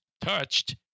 touched